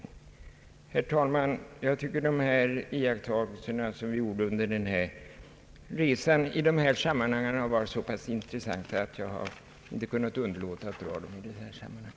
Herr talman! Jag tycker att de här iakttagelserna, som vi gjorde under vår resa, är så pass intressanta, att jag i denna allmänna debatt inte har kunnat underlåta att tala om dem här i kammaren.